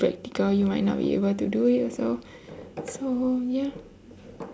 practical you might not be able to do it also so ya